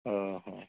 ଅଃ